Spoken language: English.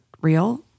real